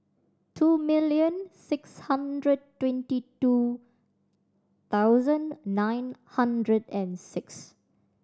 two million six hundred twenty two thousand nine hundred and six